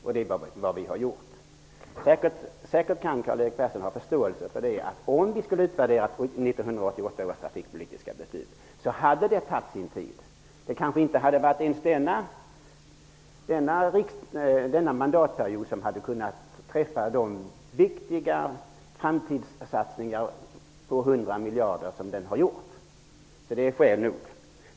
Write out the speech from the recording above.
Om vi skulle ha utvärderat 1988 års trafikpolitiska beslut, hade det tagit sin tid. Det har säkert Karl-Erik Persson förståelse för. Det kanske inte ens varit under denna mandatperiod som vi hade kunnat göra de viktiga framtidssatsningar på 100 miljarder som nu har gjorts. Det är skäl nog.